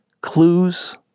clues